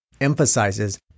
emphasizes